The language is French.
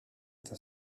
c’est